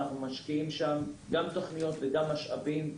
אנחנו משקיעים שם גם תוכניות וגם משאבים,